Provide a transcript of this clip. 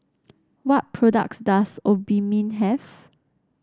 what products does Obimin have